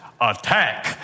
attack